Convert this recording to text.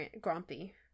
grumpy